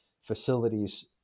facilities